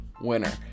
winner